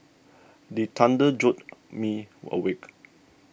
the thunder jolt me awake